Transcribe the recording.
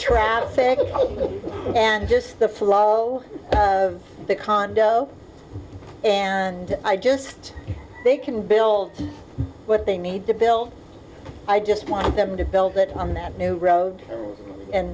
fake and just the flow of the condo and i just they can build what they need to build i just want them to build it on that new road and